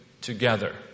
together